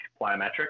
plyometrics